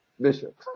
Bishop